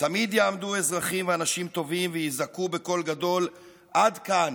תמיד יעמדו אזרחים ואנשים טובים ויזעקו בקול גדול: עד כאן,